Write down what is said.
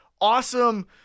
awesome